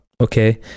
Okay